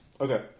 Okay